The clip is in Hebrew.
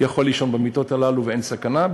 יכול לישון במיטות הללו ואין סכנה,